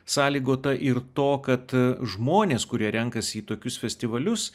sąlygota ir to kad žmonės kurie renkasi į tokius festivalius